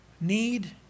need